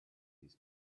this